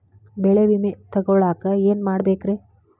ಬೆಳೆ ವಿಮೆ ತಗೊಳಾಕ ಏನ್ ಮಾಡಬೇಕ್ರೇ?